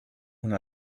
una